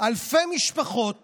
אלפי משפחות